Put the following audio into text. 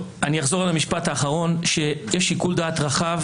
יש שיקול דעת רחב